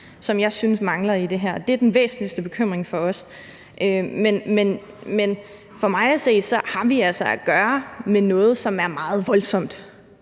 som jeg synes mangler i det her. Det er den væsentligste bekymring for os. Men for mig at se har vi altså at gøre med noget, som er meget voldsomt,